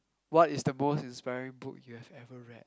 what is the most inspiring book you've ever read